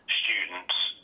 students